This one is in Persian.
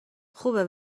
خوبه